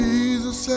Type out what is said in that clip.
Jesus